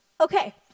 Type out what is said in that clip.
Okay